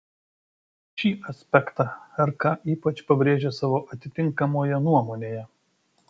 šį aspektą rk ypač pabrėžė savo atitinkamoje nuomonėje